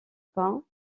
pas